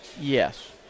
yes